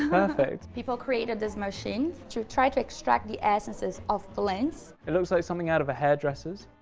perfect. people created this machine to try to extract the essences of plants. it looks like something out of a hairdressers.